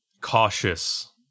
cautious